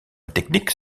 technique